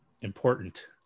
important